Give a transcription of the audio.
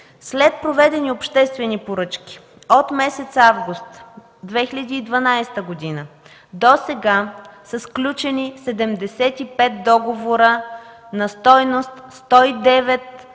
След проведени обществени поръчки от месец август 2012 г. досега са сключени 75 договора на стойност 109 млн.